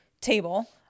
table